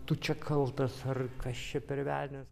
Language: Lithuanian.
tu čia kaltas ar kas čia per velnias